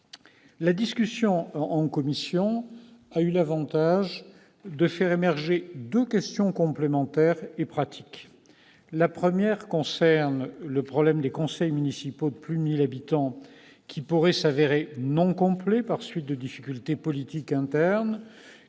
La discussion en commission a eu l'avantage de faire émerger deux questions complémentaires et pratiques. La première concerne le problème des conseils municipaux de plus de 1 000 habitants qui pourraient se révéler non complets en raison de difficultés politiques internes